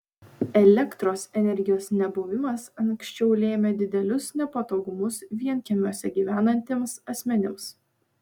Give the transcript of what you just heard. elektros energijos nebuvimas anksčiau lėmė didelius nepatogumus vienkiemiuose gyvenantiems asmenims